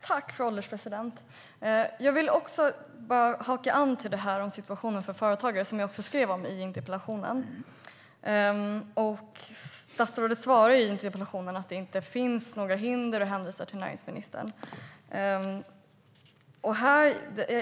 Fru ålderspresident! Låt mig haka på detta med situationen för företagare, som jag också skrev om i interpellationen. Statsrådet säger i sitt svar att det inte finns några hinder och hänvisar till näringsministern.